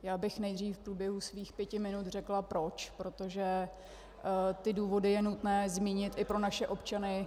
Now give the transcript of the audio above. Já bych nejdřív v průběhu svých pěti minut řekla proč, protože ty důvody je nutné zmínit i pro naše občany.